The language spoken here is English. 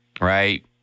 right